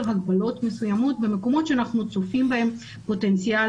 הגבלות מסוימות במקומות שאנחנו צופים בהם פוטנציאל